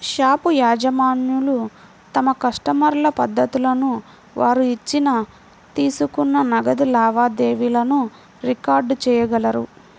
shop యజమానులు తమ కస్టమర్ల పద్దులను, వారు ఇచ్చిన, తీసుకున్న నగదు లావాదేవీలను రికార్డ్ చేయగలరు